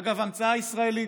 אגב, המצאה ישראלית,